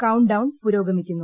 count down പുര്യോഗമിക്കുന്നു